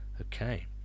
Okay